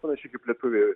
panašiai kaip lietuviai